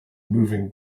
moving